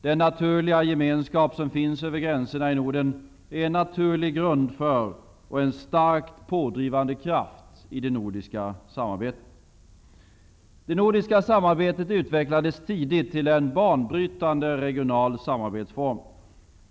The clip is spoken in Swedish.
Den naturliga gemenskap som finns över gränserna i Norden är en naturlig grund för och en starkt pådrivande kraft i det nordiska samarbetet. Det nordiska samarbetet utvecklades tidigt till en banbrytande regional samarbetsform.